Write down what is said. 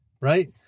Right